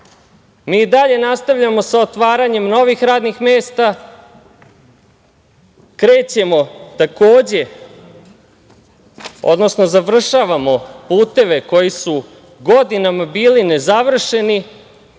i dalje nastavljamo sa otvaranjem novih radnih mesta, završavamo puteve koji su godinama bili nezavršeni,